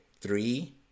three